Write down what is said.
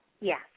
Yes